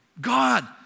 God